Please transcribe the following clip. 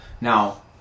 now